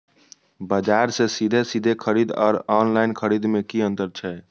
बजार से सीधे सीधे खरीद आर ऑनलाइन खरीद में की अंतर छै?